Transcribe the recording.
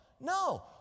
no